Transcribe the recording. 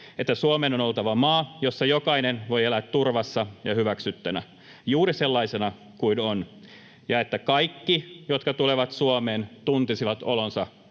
että Suomen on oltava maa, jossa jokainen voi elää turvassa ja hyväksyttynä juuri sellaisena kuin on, ja että kaikki, jotka tulevat Suomeen, tuntisivat olevansa